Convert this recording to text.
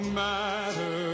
matter